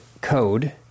code